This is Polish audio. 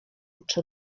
czy